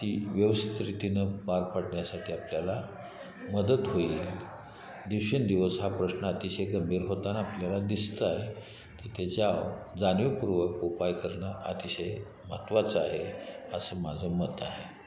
ती व्यवस्त रितीनं पार पाडण्यासाठी आपल्याला मदत होईल दिवसेंदिवस हा प्रश्न अतिशय गंभीर होताना आपल्याला दिसत आहे तर त्याच्यावर जाणीवपूर्वक उपाय करणं अतिशय महत्त्वाचं आहे असं माझं मत आहे